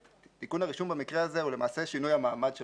תיקון הרישום במקרה הזה הוא למעשה שינוי המעמד של